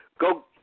Go